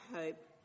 hope